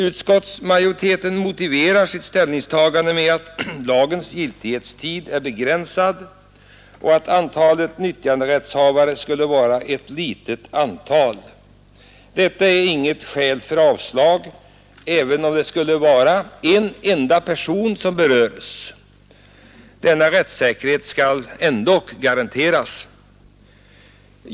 Utskottsmajoriteten motiverar sitt ställningstagande med att lagens giltighetstid är begränsad och att antalet nyttjanderättshavare är litet. Detta är inget skäl för avslag. Även om en enda person berörs skall rättssäkerheten garanteras.